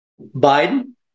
Biden